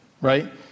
right